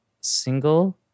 single